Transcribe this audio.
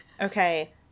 Okay